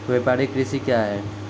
व्यापारिक कृषि क्या हैं?